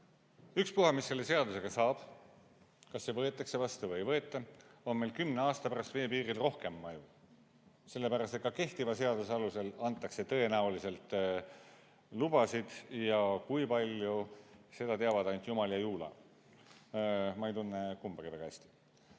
Ükspuha, mis selle seadusega saab, kas see võetakse vastu või ei võeta, on meil kümne aasta pärast veepiiril rohkem maju. Sellepärast, et ka kehtiva seaduse alusel antakse tõenäoliselt lubasid. Ja kui palju, seda teavad ainult jumal ja Juula. Ma ei tunne kumbagi väga hästi.